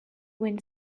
wind